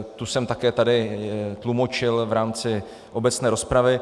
Tu jsem také tady tlumočil v rámci obecné rozpravy.